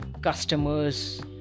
customers